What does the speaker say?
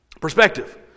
Perspective